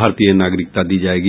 भारतीय नागरिकता दी जाएगी